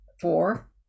Four